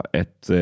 ett